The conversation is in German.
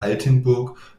altenburg